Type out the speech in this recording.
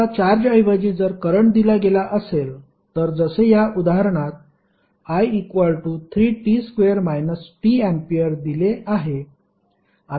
आता चार्ज ऐवजी जर करंट दिला गेला असेल तर जसे या उदाहरणात i3t2 tA दिले आहे